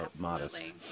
modest